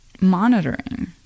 monitoring